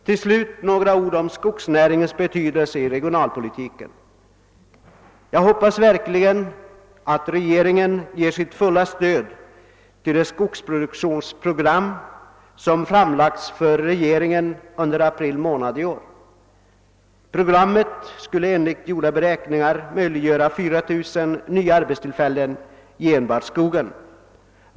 Till slut några ord om skogsnäringens betydelse i regionalpolitiken. Jag hoppas verkligen att regeringen ger sitt fulla stöd till det skogsproduktionsprogram som framlades för regeringen under april månad i år. Programmet skul le enligt gjorda beräkningar möjliggöra 4000 nya arbetstillfällen enbart i skogen.